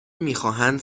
میخواهند